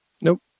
Nope